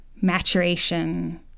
maturation